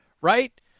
right